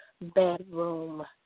Bedroom